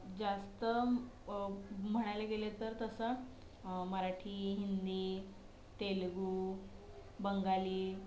जास्त म्हणायले गेले तर तसं मराठी हिंदी तेलगू बंगाली